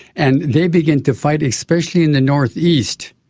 and they begin to fight, especially in the north-east.